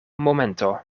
momento